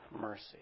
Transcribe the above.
mercy